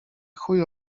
chuj